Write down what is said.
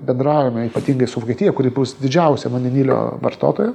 bendraujame ypatingai su vokietija kuri bus didžiausia vandenilio vartotoja